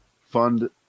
fund